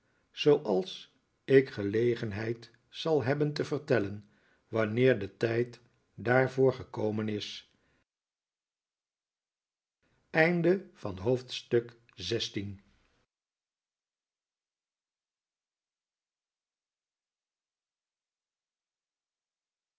zooals ik gelegenheid zal hebben te vertellen wanneer de tijd daarvoor gekomen is